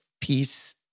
peace